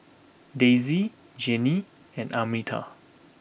Dayse Jayne and Arminta